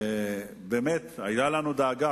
באמת היתה לנו דאגה,